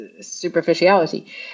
superficiality